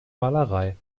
malerei